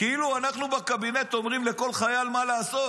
כאילו אנחנו בקבינט אומרים לכל חייל מה לעשות.